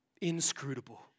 Inscrutable